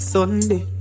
Sunday